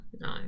No